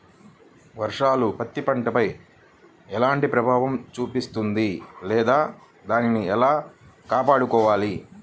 వర్షాలు పత్తి పంటపై ఎలాంటి ప్రభావం చూపిస్తుంద లేదా దానిని ఎలా కాపాడుకోవాలి?